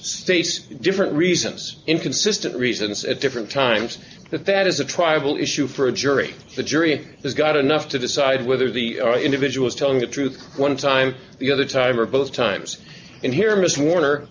stace different reasons inconsistent reasons at different times that that is a tribal issue for a jury the jury has got enough to decide whether the individual is telling the truth one time the other time or both times and here miss warner